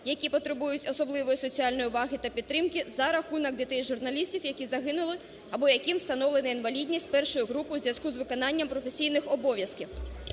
які потребують особливої соціальної уваги та підтримки за рахунок дітей журналістів, які загинули або яким встановлена інвалідність І групи у зв'язку з виконанням професійних обов'язків.